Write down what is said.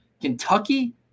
Kentucky